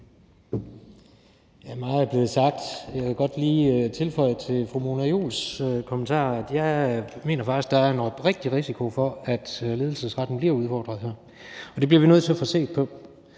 Meget er blevet sagt. Jeg vil godt lige føje til fru Mona Juuls kommentar, at jeg faktisk oprigtigt mener, at der er en risiko for, at ledelsesretten bliver udfordret her, og det bliver vi nødt til at få set på.